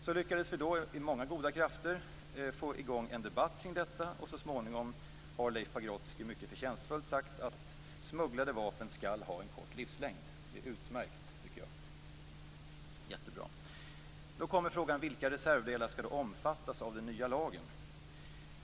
Så lyckades vi då med många goda krafter att få i gång en debatt kring detta, och så småningom har Leif Pagrotsky mycket förtjänstfullt sagt att smugglade vapen skall ha en kort livslängd. Det är utmärkt, tycker jag. Då kommer frågan vilka reservdelar som skall omfattas av den nya lagen.